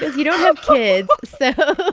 you don't have kids, so